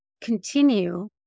continue